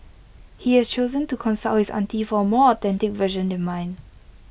he has chosen to consult his auntie for A more authentic version than mine